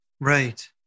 Right